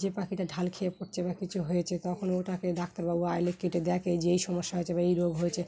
যে পাখিটা ঢাল খেয়ে পড়ছে বা কিছু হয়েছে তখন ওটাকে ডাক্তারবাবু আসলে কেটে দেখে যে এই সমস্যা হয়েছে বা এই রোগ হয়েছে